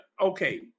okay